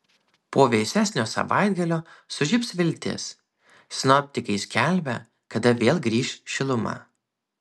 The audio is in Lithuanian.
po vėsesnio savaitgalio sužibs viltis sinoptikai skelbia kada vėl grįš šiluma